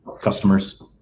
customers